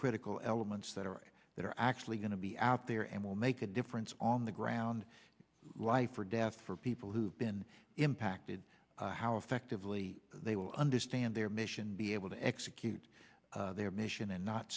critical elements that are that are actually going to be out there and will make a difference on the ground life or death for people who've been impacted how effectively they will understand their mission be able to execute their mission and not